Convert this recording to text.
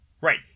right